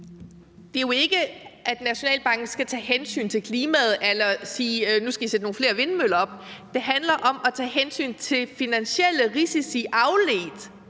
Det handler jo ikke om, at Nationalbanken skal tage hensyn til klimaet eller sige: Nu skal I sætte nogle flere vindmøller op. Det handler om at tage hensyn til finansielle risici afledt